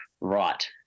right